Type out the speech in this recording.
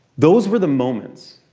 those were the moments